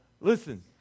Listen